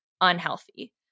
unhealthy